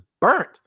burnt